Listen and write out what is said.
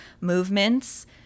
movements